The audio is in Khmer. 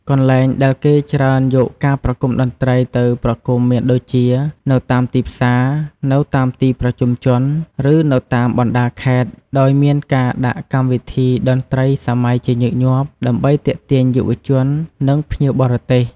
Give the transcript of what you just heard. កន្លែងដែលគេច្រើនយកការប្រគុំតន្ត្រីទៅប្រគុំមានដូចជា នៅតាមទីផ្សារ នៅតាមទីប្រជុំជន ឬនៅតាមបណ្តាខេត្ត ដោយមានការដាក់កម្មវិធីតន្ត្រីសម័យជាញឹកញាប់ ដើម្បីទាក់ទាញយុវជន និងភ្ញៀវបរទេស។